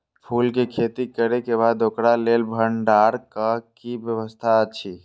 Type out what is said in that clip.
फूल के खेती करे के बाद ओकरा लेल भण्डार क कि व्यवस्था अछि?